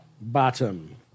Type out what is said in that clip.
bottom